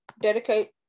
Dedicate